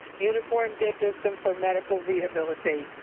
uniform data system for medical rehabilitation,